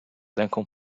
ręką